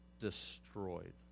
destroyed